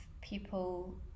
people